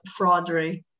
fraudery